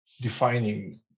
defining